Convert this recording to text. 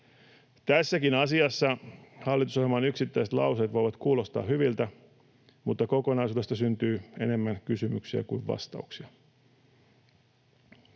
Tässäkin asiassa hallitusohjelman yksittäiset lauseet voivat kuulostaa hyviltä, mutta kokonaisuudesta syntyy enemmän kysymyksiä kuin vastauksia.